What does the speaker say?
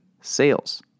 sales